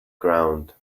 ground